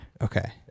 Okay